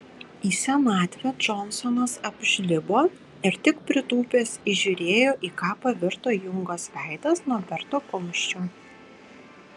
į senatvę džonsonas apžlibo ir tik pritūpęs įžiūrėjo į ką pavirto jungos veidas nuo berto kumščio